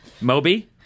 Moby